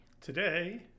Today